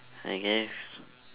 I guess